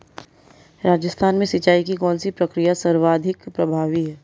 राजस्थान में सिंचाई की कौनसी प्रक्रिया सर्वाधिक प्रभावी है?